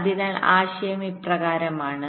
അതിനാൽ ആശയം ഇപ്രകാരമാണ്